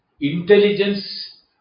intelligence